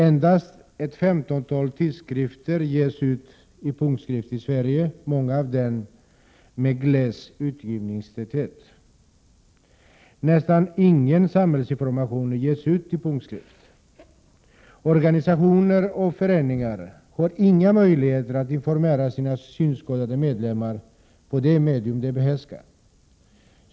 Endast ett femtontal tidskrifter ges ut i punktskrift i Sverige, många av dem med gles utgivningstäthet. Nästan ingen samhällsinformation ges ut i punktskrift. Organisationer och föreningar har inga möjligheter att informera sina synskadade medlemmar i det medium som de behärskar.